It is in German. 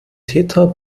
täter